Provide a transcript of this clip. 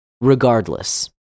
regardless